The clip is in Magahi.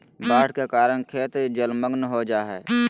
बाढ़ के कारण खेत जलमग्न हो जा हइ